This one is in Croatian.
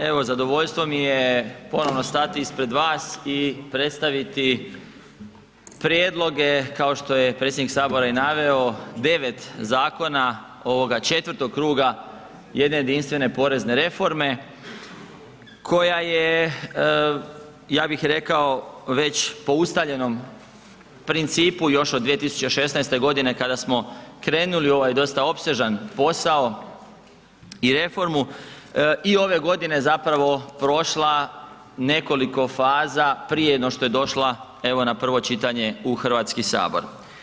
Evo zadovoljstvo mi je ponovno stati ispred vas i predstaviti prijedloge kao što je predsjednik Sabora i naveo 9 zakona ovoga četvrtog kruga jedne jedinstvene porezne reforme koja je ja bih rekao, već po ustaljenom principu još od 2016. g. kada smo krenuli u ovaj dosta opsežan posao i reformu, i ove godine zapravo prošla nekoliko faza prije no što je došla evo na prvo čitanje u Hrvatski sabor.